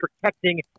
protecting